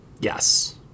Yes